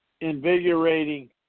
invigorating